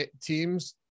teams